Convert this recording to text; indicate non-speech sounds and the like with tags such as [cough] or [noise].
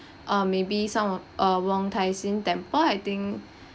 [breath] uh maybe some of uh wong tai sin temple I think